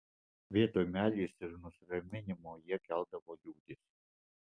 vietoj meilės ir nusiraminimo jie keldavo liūdesį